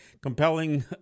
compelling